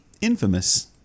infamous